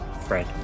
Fred